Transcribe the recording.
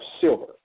silver